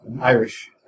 Irish